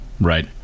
right